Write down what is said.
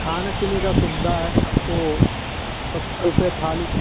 खाने पीने की सुविधा है आपको सत्तर रुपये थाली